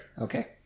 Okay